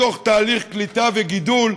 בתוך תהליך קליטה וגידול,